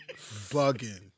Bugging